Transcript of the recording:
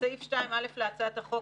בסעיף 2(א) להצעת החוק,